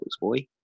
boy